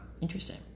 Interesting